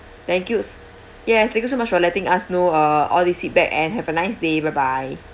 thank you yes thank you so much for letting us know uh all these feedback and have a nice day bye bye